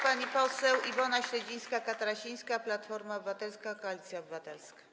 Pani poseł Iwona Śledzińska-Katarasińska, Platforma Obywatelska - Koalicja Obywatelska.